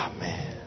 Amen